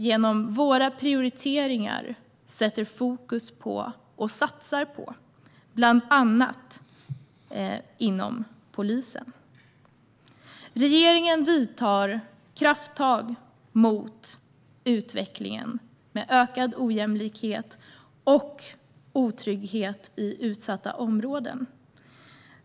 Genom våra prioriteringar sätter vi nu fokus på och satsar på dessa områden, bland annat inom polisen. Regeringen tar krafttag mot utvecklingen mot ökad ojämlikhet och otrygghet i utsatta områden.